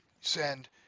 send